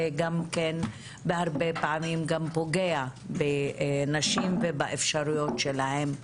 וגם בהרבה פעמים פוגע בנשים ובאפשרויות שלהן.